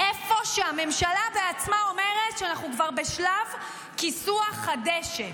איפה שהממשלה בעצמה אומרת שאנחנו כבר בשלב כיסוח הדשא.